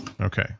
Okay